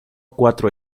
cuatro